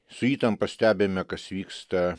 su įtampa stebime kas vyksta